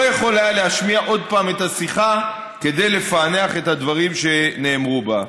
לא היה יכול לשמוע עוד פעם את השיחה כדי לפענח את הדברים שנאמרו בה.